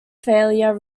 failure